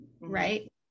right